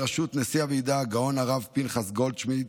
בראשות נשיא הוועידה הגאון הרב פנחס גולדשמידט,